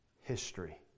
history